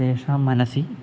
तेषां मनसि